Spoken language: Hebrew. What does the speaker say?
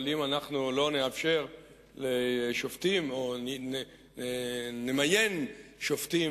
אבל אם אנחנו לא נאפשר לשופטים או נמיין שופטים